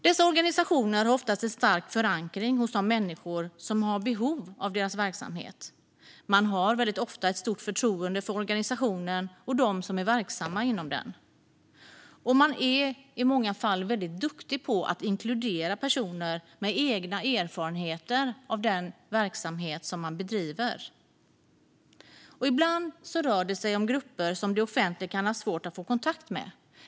Dessa organisationer har ofta en stark förankring hos de människor som har behov av verksamheten. Människorna har väldigt ofta ett stort förtroende för organisationen och dem som är verksamma inom den. Och man är i många fall väldigt duktig på att inkludera personer med egna erfarenheter av den verksamhet som man bedriver. Ibland rör det sig om grupper som det offentliga kan ha svårt att få kontakt med.